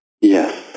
Yes